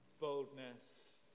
boldness